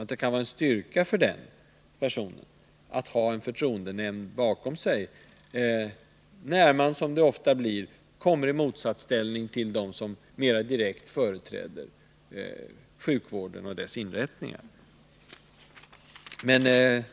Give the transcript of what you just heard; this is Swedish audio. Och det kan vara en styrka för den personen att ha en särskild nämnd bakom sig, när han — som det ofta blir — kommer i motsatsställning till dem som mera direkt företräder sjukvården och dess inrättningar.